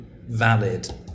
valid